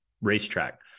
racetrack